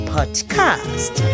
Podcast